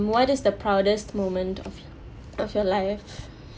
what is the proudest moment of of your life